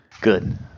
Good